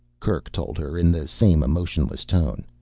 kerk told her, in the same emotionless tone.